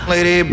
Lady